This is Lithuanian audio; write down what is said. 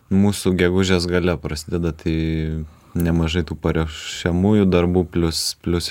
mūsų gegužės gale prasideda tai nemažai tų paruošiamųjų darbų plius plius